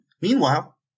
Meanwhile